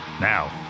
Now